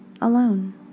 alone